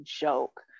joke